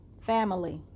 Family